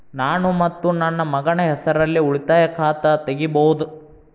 ನಾನು ಮತ್ತು ನನ್ನ ಮಗನ ಹೆಸರಲ್ಲೇ ಉಳಿತಾಯ ಖಾತ ತೆಗಿಬಹುದ?